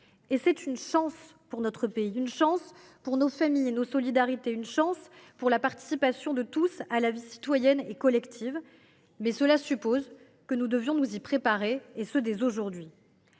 C’est une chance pour notre pays, pour nos familles et pour nos solidarités. C’est une chance pour la participation de tous à la vie citoyenne et collective, mais cela suppose de nous y préparer, et ce dès aujourd’hui.